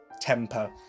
temper